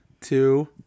two